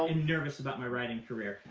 and nervous about my writing career.